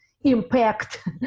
impact